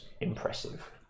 impressive